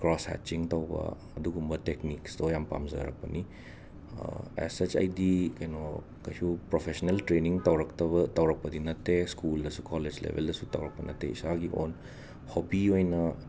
cross ꯍꯦꯠꯆꯤꯡ ꯇꯧꯕ ꯑꯗꯨꯒꯨꯝꯕ ꯇꯦꯛꯅꯤꯛꯁꯇꯣ ꯌꯥꯝꯅ ꯄꯥꯝꯖꯔꯛꯄꯅꯤ ꯑꯦꯁ ꯁꯠꯆ ꯑꯩꯗꯤ ꯀꯩꯅꯣ ꯀꯩꯁꯨ ꯄ꯭ꯔꯣꯐꯦꯁꯅꯦꯜ ꯇ꯭ꯔꯦꯅꯤꯡ ꯇꯧꯔꯛꯇꯕ ꯇꯧꯔꯛꯄꯗꯤ ꯅꯠꯇꯦ ꯁ꯭ꯀꯨꯜꯗꯁꯨ ꯈꯣꯂꯦꯁ ꯂꯦꯕꯦꯜꯗꯁꯨ ꯇꯧꯔꯛꯄ ꯅꯠꯇꯦ ꯏꯁꯥꯒꯤ ꯑꯣꯟ ꯍꯣꯕꯤ ꯑꯣꯏꯅ